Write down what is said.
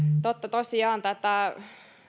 totta tosiaan tätä